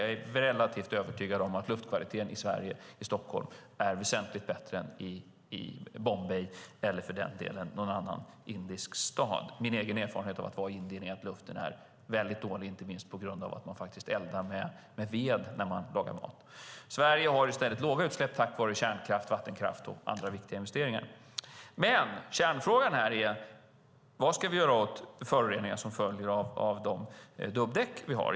Jag är relativt övertygad om att luftkvaliteten i Sverige, i Stockholm, är väsentligt bättre än i Bombay eller för den delen någon annan indisk stad. Min egen erfarenhet av att vara i Indien är att luften är väldigt dålig, inte minst på grund av att man eldar med ved när man lagar mat. Sverige har i stället låga utsläpp tack vare kärnkraft, vattenkraft och andra viktiga investeringar. Men kärnfrågan här är: Vad ska vi göra åt föroreningar som följer av de dubbdäck vi har?